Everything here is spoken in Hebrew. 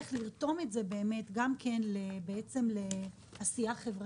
צריך לראות איך לרתום את זה גם לעשייה חברתית.